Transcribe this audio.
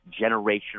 generational